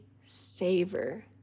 savor